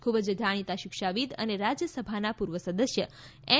ખૂબ જ જાણીતા શિક્ષાવિદ અને રાજ્ય સભાના પૂર્વ સદસ્ય એન